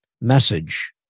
Message